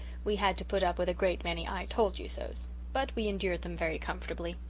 we had to put up with a great many i told you so's but we endured them very comfortably.